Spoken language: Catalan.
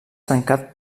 tancat